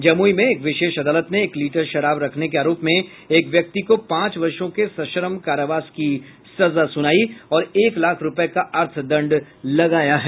जमुई में एक विशेष अदालत ने एक लीटर शराब रखने के आरोप मे एक व्यक्ति को पांच वर्षों के सश्रम कारावास की सजा सुनाई और एक लाख रुपए का अर्थ दंड लगाया है